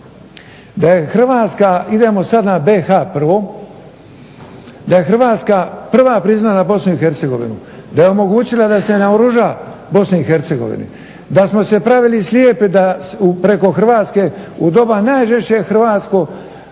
da je Hrvatska, idemo sad na BiH prvo, da je Hrvatska prva priznala Bosnu i Hercegovinu, da je omogućila da se naoruža Bosna i Hercegovina, da smo se pravili slijepi da preko Hrvatske u doba najžešćih